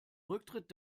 rücktritt